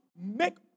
make